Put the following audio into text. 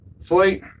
flight